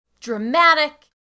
dramatic